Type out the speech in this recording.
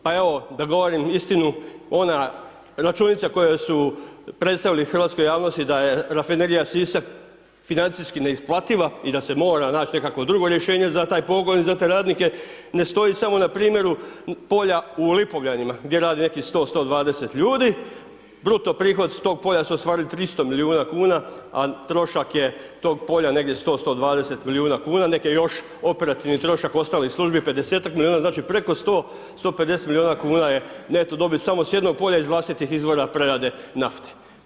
Pa evo da govorim istinu, ona računica koju su predstavili hrvatskoj javnosti da je rafinerija Sisak financijski neisplativa i da se mora naći nekakvo drugo rješenje za taj pogon i za te radnike, ne stoji samo na primjeru polja u Lipovljanima gdje radi nekih 100, 120 ljudi, bruto prihod s tog polja su ostvarili 300 milijuna kuna, a trošak je tog polja negdje 100, 120 milijuna kuna, nek' je još operativni trošak ostalih službi 50-ak milijuna, znači preko 100, 150 milijuna kuna je neto dobit samo s jednog polja iz vlastitih izvora prerade nafte.